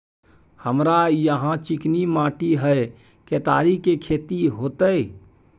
हमरा यहाँ चिकनी माटी हय केतारी के खेती होते?